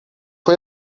foi